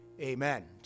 Amen